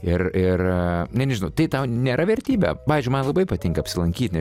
ir ir na nežinau tai tau nėra vertybė pavyzdžiui man labai patinka apsilankyti